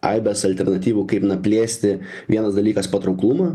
aibes alternatyvų kaip na plėsti vienas dalykas patrauklumą